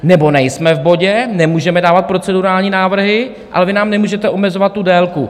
Nebo nejsme v bodě, nemůžeme dávat procedurální návrhy, ale vy nám nemůžete omezovat tu délku.